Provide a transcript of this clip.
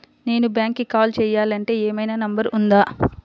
నేను బ్యాంక్కి కాల్ చేయాలంటే ఏమయినా నంబర్ ఉందా?